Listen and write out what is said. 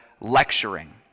lecturing